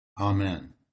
Amen